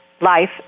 life